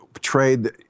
trade